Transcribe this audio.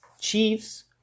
Chiefs